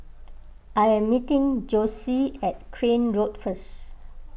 I am meeting Jossie at Crane Road first